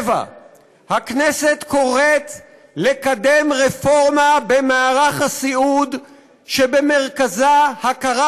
7. הכנסת קוראת לקדם רפורמה במערך הסיעוד שבמרכזה הכרה